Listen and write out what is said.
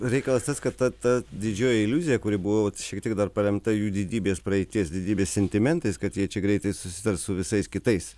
reikalas tas kad ta ta didžioji iliuzija kuri buvo šiek tiek dar paremta jų didybės praeities didybės sentimentais kad jie čia greitai susitars su visais kitais